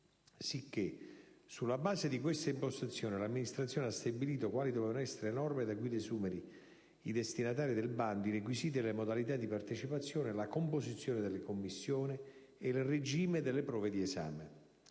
Sicché, sulla base di questa impostazione, l'amministrazione ha stabilito quali dovevano essere le norme da cui desumere i destinatari del bando, i requisiti e le modalità di partecipazione, la composizione delle commissioni e il regime delle prove d'esame.